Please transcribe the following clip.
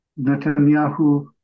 Netanyahu